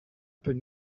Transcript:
peut